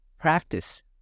practice